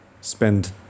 spend